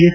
S